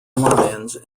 lyons